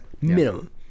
minimum